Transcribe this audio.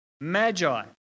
magi